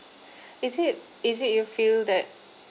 is it is it you feel that